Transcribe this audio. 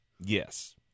Yes